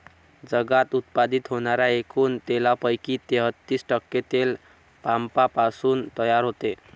जगात उत्पादित होणाऱ्या एकूण तेलापैकी तेहतीस टक्के तेल पामपासून तयार होते